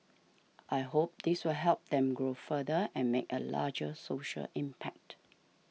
I hope this will help them grow further and make a larger social impact